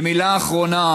מילה אחרונה